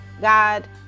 God